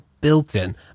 built-in